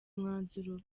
umwanzuro